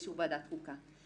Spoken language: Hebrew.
ובאישור ועדת חוקה.